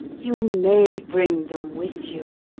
you may bring them with you.